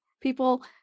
people